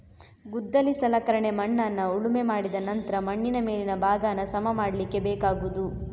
ಗುದ್ದಲಿ ಸಲಕರಣೆ ಮಣ್ಣನ್ನ ಉಳುಮೆ ಮಾಡಿದ ನಂತ್ರ ಮಣ್ಣಿನ ಮೇಲಿನ ಭಾಗಾನ ಸಮ ಮಾಡ್ಲಿಕ್ಕೆ ಬೇಕಾಗುದು